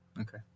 okay